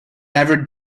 ever